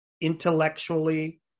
intellectually